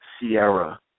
Sierra